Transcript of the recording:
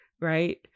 right